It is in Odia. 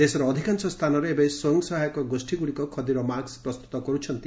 ଦେଶର ଅଧିକାଂଶ ସ୍ଥାନରେ ଏବେ ସ୍ୱୟଂସହାୟକ ଗୋଷ୍ଠୀଗୁଡ଼ିକ ଖଦୀର ମାସ୍କ ପ୍ରସ୍ତୁତ କରୁଛନ୍ତି